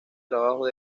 trabajos